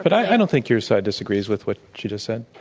but i don't think your side disagrees with what she just said.